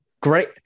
great